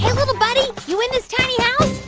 little buddy, you in this tiny house?